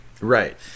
Right